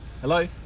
Hello